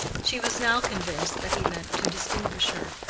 she was now convinced that he meant to distinguish her,